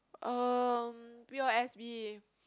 uh p_o_s_b